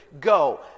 Go